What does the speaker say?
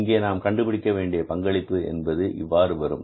இங்கே நாம் கண்டுபிடிக்க வேண்டிய பங்களிப்பு என்பது இவ்வாறு வரும்